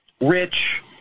rich